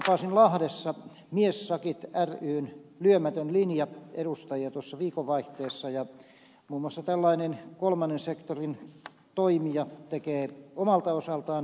tapasin lahdessa miessakit ryn lyömättömän linjan edustajia viikonvaihteessa ja muun muassa tällainen kolmannen sektorin toimija tekee omalta osaltaan hyvää työtä